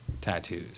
tattoos